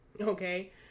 Okay